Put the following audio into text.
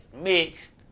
mixed